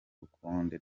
rukundo